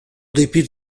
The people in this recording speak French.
dépit